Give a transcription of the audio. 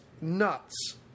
nuts